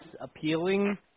appealing